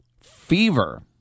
Fever